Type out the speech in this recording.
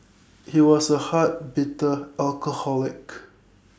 he was A hard bitter alcoholic